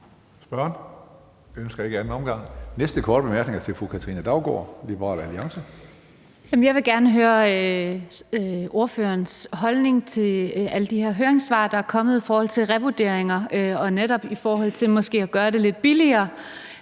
Jeg vil gerne høre ordførerens holdning til alle de her høringssvar, der er kommet, i forhold til revurderinger og netop i forhold til måske at gøre det lidt billigere